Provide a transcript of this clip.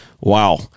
Wow